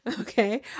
Okay